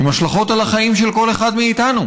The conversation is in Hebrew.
עם השלכות על החיים של כל אחד מאיתנו,